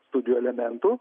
studijų elementų